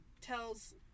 tells